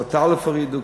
כיתות א' הורידו,